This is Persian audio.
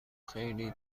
خیلی